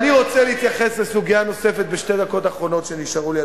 אני רוצה להתייחס לסוגיה נוספת בשתי הדקות האחרונות שנשארו לי,